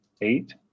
Eight